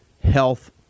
health